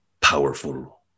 powerful